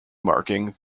marking